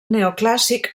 neoclàssic